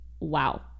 wow